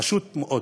פשוט מאוד.